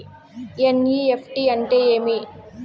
NEFT అంటే ఏమి